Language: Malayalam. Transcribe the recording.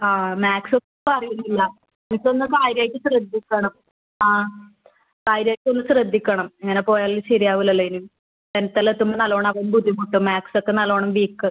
ആ മാത്സ് പറയുന്നില്ല മിസ്സ് ഒന്ന് കാര്യം ആയിട്ട് ശ്രദ്ധിക്കണം ആ കാര്യം ആയിട്ട് ഒന്ന് ശ്രദ്ധിക്കണം ഇങ്ങനെ പോയാൽ ശരി ആവൂല്ലല്ലോ ഇനി ടെൻത്ത് എല്ലാം എത്തുമ്പോൾ നല്ലോണം അവൻ ബുദ്ധിമുട്ടും മാത്സ് ഒക്കെ നല്ലോണം വീക്ക്